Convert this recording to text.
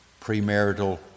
premarital